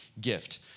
gift